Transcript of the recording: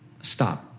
stop